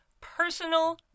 personal